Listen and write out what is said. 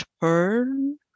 turn